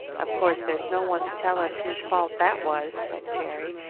of course there's no one to tell us whose fault that was, said jerry,